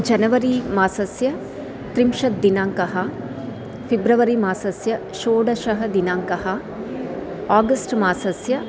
January मासस्य त्रिंशत्दिनाङ्कः फ़ेब्रवरी मासस्य षोडशदिनाङ्कः आगस्ट् मासस्य